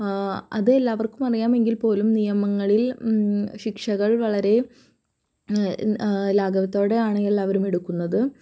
അത് എല്ലാവർക്കും അറിയാമെങ്കിൽ പോലും നിയമങ്ങളിൽ ശിക്ഷകൾ വളരെ ലാഘവത്തോടെയാണ് എല്ലാവരും എടുക്കുന്നത്